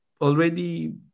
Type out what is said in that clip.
already